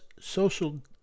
social